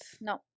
No